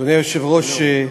אדוני היושב-ראש,